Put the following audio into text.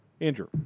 Andrew